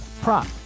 prop